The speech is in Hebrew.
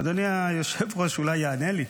אדוני היושב-ראש אולי יענה לי.